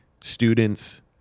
students